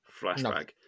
flashback